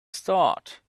start